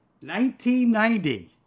1990